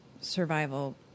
survival